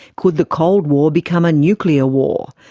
could the cold war become a nuclear war,